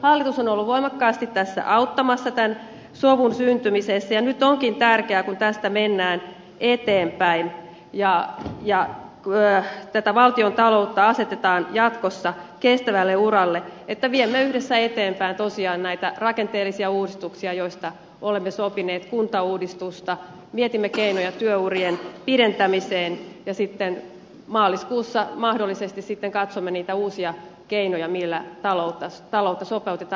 hallitus on ollut voimakkaasti tässä auttamassa tämän sovun syntymisessä ja nyt onkin tärkeää kun tästä mennään eteenpäin ja tätä valtiontaloutta asetetaan jatkossa kestävälle uralle että viemme yhdessä eteenpäin tosiaan näitä rakenteellisia uudistuksia joista olemme sopineet kuntauudistusta mietimme keinoja työurien pidentämiseen ja sitten maaliskuussa mahdollisesti katsomme niitä uusia keinoja millä taloutta sopeutetaan